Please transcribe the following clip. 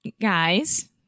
guys